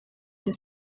that